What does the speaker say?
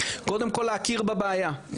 קודם כל להכיר בבעיה,